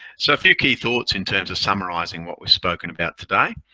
so few key thoughts in terms of summarizing what was spoken about today.